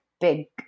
big